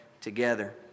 together